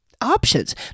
options